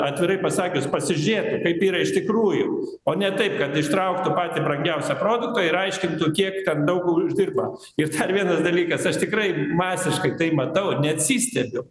atvirai pasakius pasižiūrėti kaip yra iš tikrųjų o ne taip kad ištrauktų patį brangiausią produktą ir aiškintų kiek daug uždirba ir dar vienas dalykas aš tikrai masiškai tai matau neatsistebiu